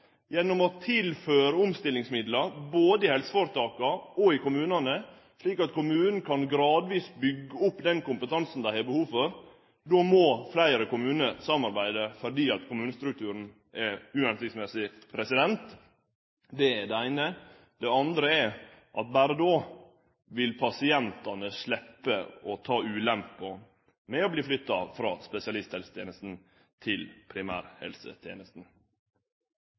gjennom å tilføre omstillingsmidlar både i helseføretaka og i kommunane, slik at kommunane gradvis kan byggje opp den kompetansen dei har behov for. Då må fleire kommunar samarbeide, fordi kommunestrukturen er uhensiktsmessig. Det er det eine. Det andre er at berre då vil pasientane sleppe ulempa med å verte flytta frå spesialisthelsetenesta til